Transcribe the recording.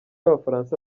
b’abafaransa